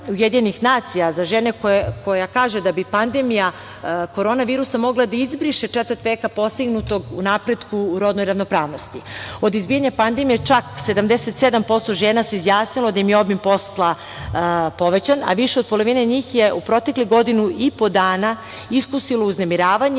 za žene koje kažu da bi pandemija korona virusa mogla da izbriše četvrt veka postignutog u napretku u rodnoj ravnopravnosti. Od izbijanja pandemije, čak 77% žena se izjasnilo da im je obim posla povećan, a više od polovine njih je u proteklih godinu i po dana iskusilo uznemiravanje